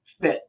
fit